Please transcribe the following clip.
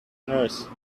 nurse